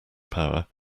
power